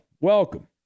Welcome